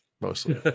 Mostly